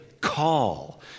call